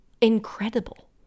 incredible